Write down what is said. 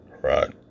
Right